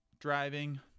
driving